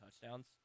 touchdowns